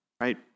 right